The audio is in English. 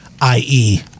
I-E